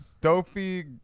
Dopey